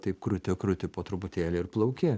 taip kruti kruti po truputėlį ir plauki